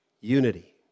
unity